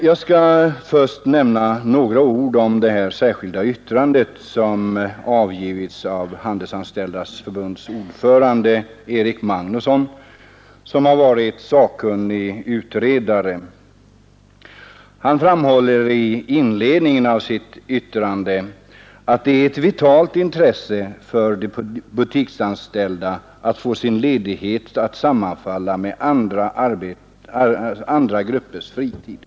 Jag skall först nämna några ord om det särskilda yttrande som har avgivits av Handelsanställdas förbunds ordförande Erik Magnusson, som varit sakkunnig utredare. Han framhåller i inledningen av sitt yttrande att det är ett vitalt intresse för de butiksanställda att få sin ledighet att sammanfalla med andra gruppers fritid.